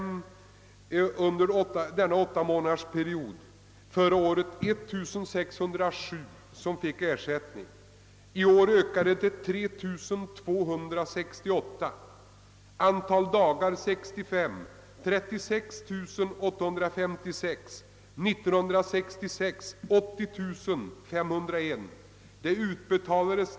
Då fick 1607 medlemmar ersättning, och det antalet ökade i år under samma period till 3268. Antalet ersättningsdagar ökade från 36 856 år 1965 till 80 501 året därpå.